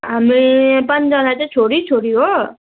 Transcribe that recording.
हामी पाँचजना चाहिँ छोरी छोरी हो